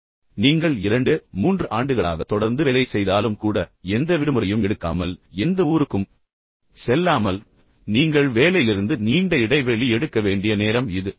அல்லது நீங்கள் 23 ஆண்டுகளாக தொடர்ந்து வேலை செய்தாலும் கூட எந்த விடுமுறையும் எடுக்காமல் எந்த ஊருக்கும் செல்லாமல் நீங்கள் வேலையிலிருந்து நீண்ட இடைவெளி எடுக்க வேண்டிய நேரம் இது